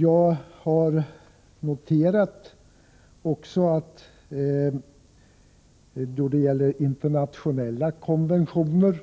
I fråga om internationella konferenser har jag noterat